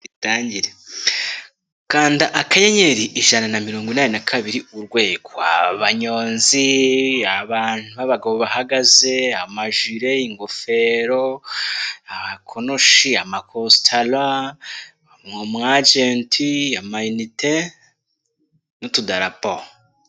Itangire kanda akanyenyeri ijana na mirongo inani na kabiri urwego. Abanyonzi, abantu b'abagabo bahagaze, amajile, ingofero, amakonoshi, amakositara n'umwajenti, amayinite n'utudalapo.